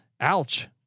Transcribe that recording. Ouch